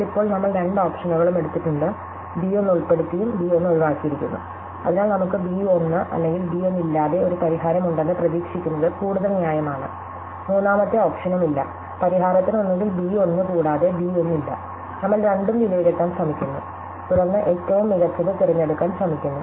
എന്നാൽ ഇപ്പോൾ നമ്മൾ രണ്ട് ഓപ്ഷനുകളും എടുത്തിട്ടുണ്ട് ബി 1 ഉൾപെടുത്തിയും ബി 1 ഒഴിവാക്കിയിരിക്കുന്നു അതിനാൽ നമുക്ക് ബി 1 അല്ലെങ്കിൽ ബി 1 ഇല്ലാതെ ഒരു പരിഹാരം ഉണ്ടെന്ന് പ്രതീക്ഷിക്കുന്നത് കൂടുതൽ ന്യായമാണ് മൂന്നാമത്തെ ഓപ്ഷനുമില്ല പരിഹാരത്തിന് ഒന്നുകിൽ b 1 കൂടാതെ b 1 ഇല്ല നമ്മൾ രണ്ടും വിലയിരുത്താൻ ശ്രമിക്കുന്നു തുടർന്ന് ഏറ്റവും മികച്ചത് തിരഞ്ഞെടുക്കാൻ ശ്രമിക്കുന്നു